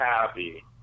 happy